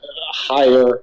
higher